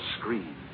screen